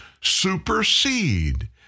supersede